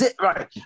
Right